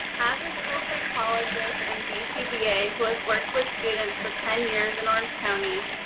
as a school psychologist and bcba who has worked with students for ten years in orange county,